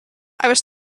was